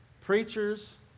preachers